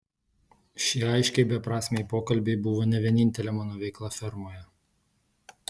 šie aiškiai beprasmiai pokalbiai buvo ne vienintelė mano veikla fermoje